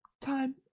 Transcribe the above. time